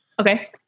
Okay